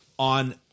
On